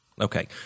Okay